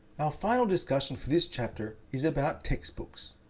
our final discussion for this chapter is about textbooks.